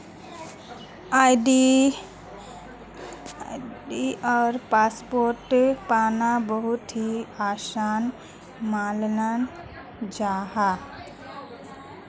आई.डी.आर password पाना बहुत ही आसान मानाल जाहा